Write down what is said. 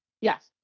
Yes